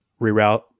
reroute